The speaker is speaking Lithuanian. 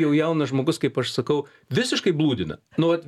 jau jaunas žmogus kaip aš sakau visiškai blūdina nu vat